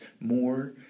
more